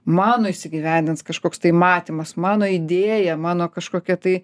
mano įsigyvendins kažkoks tai matymas mano idėja mano kažkokia tai